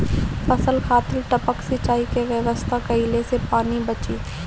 फसल खातिर टपक सिंचाई के व्यवस्था कइले से पानी बंची